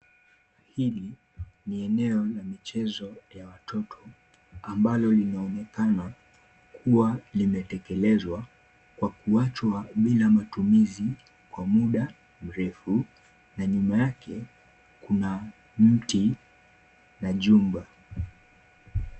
Hili ni eneo la michezo la watoto, ambalo linaonekana likiwa limetekelezwa kwa kuachwa bila matumizi kwa muda mrefu na nyuma yake kuna miti na jumba.